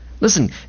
Listen